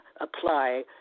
apply